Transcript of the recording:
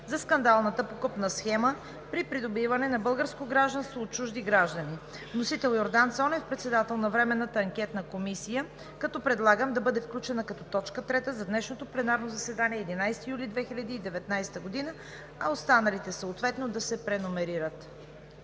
за скандалната покупна схема при придобиване на българско гражданство от чужди граждани. Вносител е Йордан Цонев – председател на Временната анкетна комисия. Предлагам да бъде включена като точка трета за днешното заседание – 11 юли 2019 г., а останалите, съответно да се преномерират.